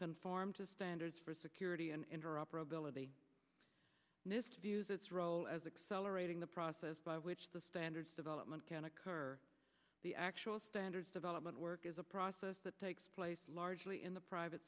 conform to standards for security and interoperability views its role as excel or aiding the process by which the standards development can occur the actual standards development work is a process that takes place largely in the private